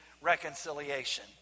reconciliation